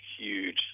huge